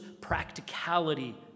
practicality